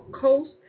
Coast